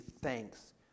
thanks